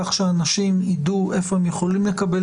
כך שאנשים ידעו איפה הם יכולים לקבל